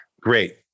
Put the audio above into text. Great